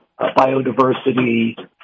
biodiversity